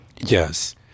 Yes